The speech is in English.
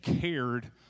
cared